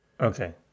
Okay